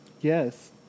Yes